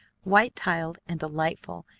white-tiled and delightful,